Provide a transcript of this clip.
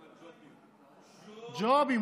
לא ג'ובים, ג'ו-בים.